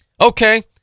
Okay